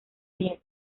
miel